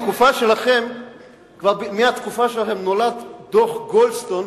מהתקופה שלכם נולד דוח-גולדסטון,